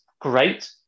great